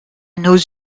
nos